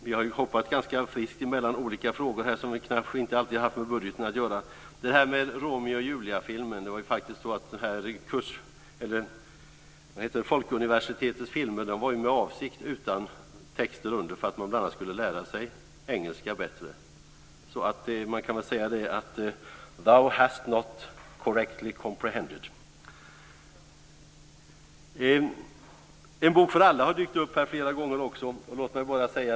Vi har ju hoppat ganska friskt mellan olika frågor som kanske inte alltid haft med budgeten att göra. När det gäller filmen om Romeo och Julia var det faktiskt så att Folkuniversitetets filmer med avsikt var utan texter under för att man bl.a. skulle lära sig engelska bättre. Man kan väl säga att: Thou has not correctly comprehended. En bok för alla har dykt upp här flera gånger också.